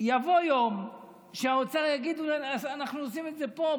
שיבוא יום והאוצר יגיד: אנחנו עושים את פה,